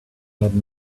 had